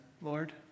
Lord